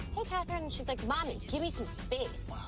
hey, katherine. and she's like, mommy, give me some space.